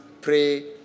pray